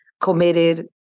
committed